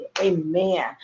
amen